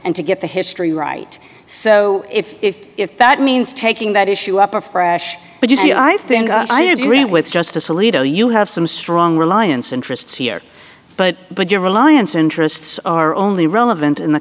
and to get the history right so if that means taking that issue up afresh but you see i think i agree with justice alito you have some strong reliance interests here but but your reliance interests are only relevant in the